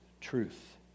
truth